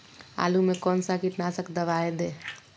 आलू में कौन सा कीटनाशक दवाएं दे?